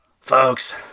Folks